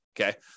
okay